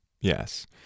Yes